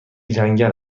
جنگل